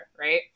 right